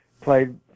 played